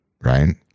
right